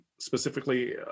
specifically